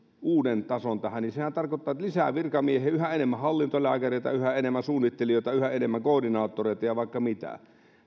uuden tason tähän niin sehän tarkoittaa lisää virkamiehiä yhä enemmän hallintolääkäreitä yhä enemmän suunnittelijoita yhä enemmän koordinaattoreita ja vaikka mitä